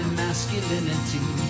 masculinity